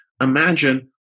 imagine